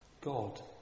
God